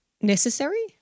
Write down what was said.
necessary